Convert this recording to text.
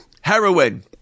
heroin